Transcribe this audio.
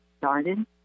started